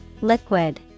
Liquid